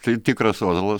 kai tikras ozolas